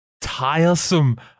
tiresome